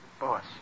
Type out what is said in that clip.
Boss